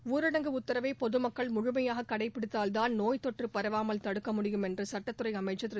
ஊரடங்கு உத்தரவை பொதுமக்கள் முழுமையாக கடைப்பிடித்தால்தான் நோய்த்தொற்று பரவாமல் தடுக்க முடியும் என்று சட்டத்துறை அமைச்சர் திரு